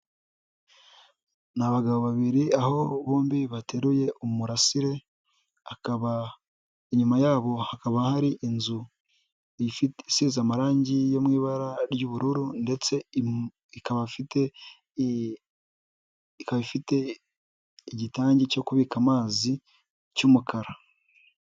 Ni abagabo babiri aho bombi bateruye umurasire, akaba inyuma yabo hakaba hari inzu isize amarangi yo mu ibara ry'ubururu ndetse ikaba ifite, ikaba ifite igitangi cyo kubika amazi cy'umukara.